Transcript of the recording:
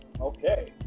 Okay